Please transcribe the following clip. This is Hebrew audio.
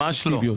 ממש לא.